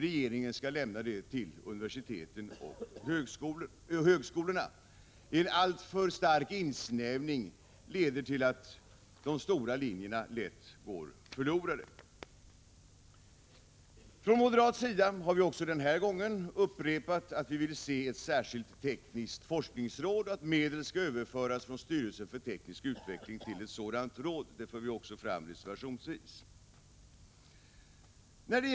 Detta är universitetens och högskolornas uppgift. En alltför stark insnävning leder till att de stora linjerna lätt går förlorade. Från moderat sida har vi även denna gång upprepat att vi vill se ett särskilt — Prot. 1985/86:158 tekniskt forskningsråd och att medel skall överföras från styrelsen för teknisk — 2 juni 1986 utveckling till ett sådant råd. Detta för vi fram i en reservation.